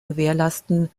gewährleisten